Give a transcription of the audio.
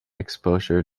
exposure